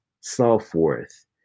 self-worth